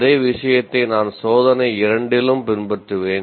அதே விஷயத்தை நான் சோதனை 2 லும் பின்பற்றுவேன்